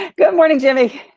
good morning jimmy?